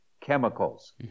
chemicals